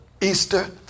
Easter